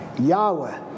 Yahweh